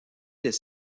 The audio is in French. des